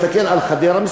מסתכל על חדרה,